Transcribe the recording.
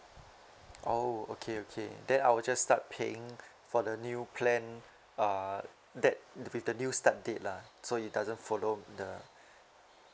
oh okay okay then I will just start paying for the new plan uh that with the new start date lah so it doesn't follow the